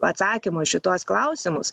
atsakymo į šituos klausimus